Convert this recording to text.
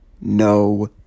no